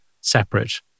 separate